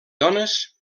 dones